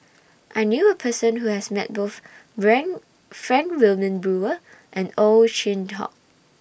I knew A Person Who has Met Both Frank Wilmin Brewer and Ow Chin Hock